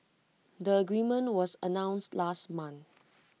the agreement was announced last month